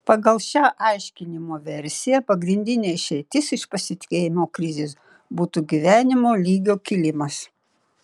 pagal šią aiškinimo versiją pagrindinė išeitis iš pasitikėjimo krizės būtų gyvenimo lygio kilimas